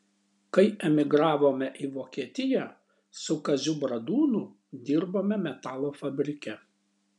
kai emigravome į vokietiją su kaziu bradūnu dirbome metalo fabrike